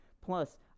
Plus